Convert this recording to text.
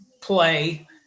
play